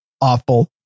awful